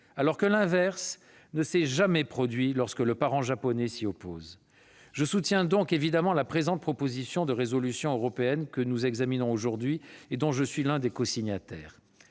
alors que l'inverse ne s'est jamais produit lorsque le parent japonais s'y oppose. Je soutiens donc évidemment la proposition de résolution que nous examinons aujourd'hui et dont je suis cosignataire.